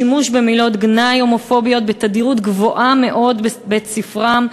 שימוש במילות גנאי הומופוביות בתדירות גבוהה מאוד בבית-ספרם,